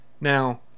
Now